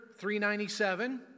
397